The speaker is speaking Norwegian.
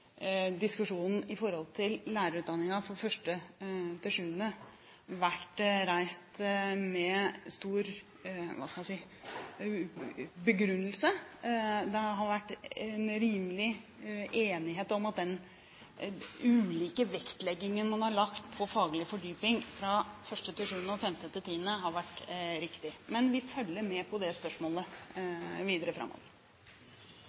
diskusjonen vært reist med stor – hva skal man si – begrunnelse i forbindelse med lærerutdanningen for 1.–7. Det har vært rimelig enighet om at den ulike vektleggingen på faglig fordypning fra 1.–7. og 5.–10. har vært riktig. Men vi følger med på det spørsmålet